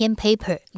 paper